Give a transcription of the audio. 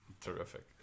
terrific